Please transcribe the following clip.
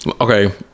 okay